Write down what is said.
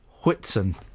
Whitson